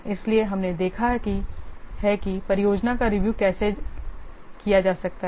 इसलिए हमने देखा है कि परियोजना का रिव्यू कैसे किया जा सकता है